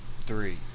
three